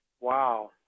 Wow